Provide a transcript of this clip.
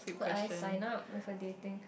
should I sign up with a dating